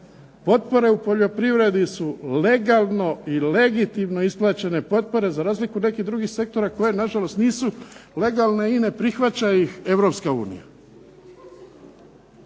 potpore u poljoprivredi su legalno i legitimno isplaćene potpore za razliku od nekih drugih sektora koji na žalost nisu legalne i ne prihvaća ih Europska unija.